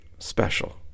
special